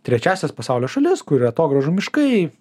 trečiąsias pasaulio šalis kur atogrąžų miškai